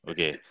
Okay